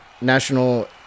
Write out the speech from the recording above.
national